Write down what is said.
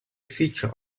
feature